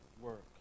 work